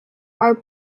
are